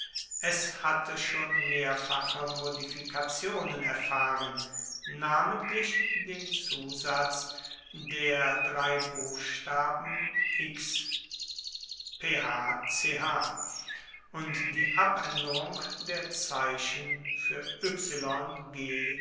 es hatte schon mehrfache modifikationen erfahren namentlich den zusatz der drei buchstaben und die abaenderung der zeichen fuer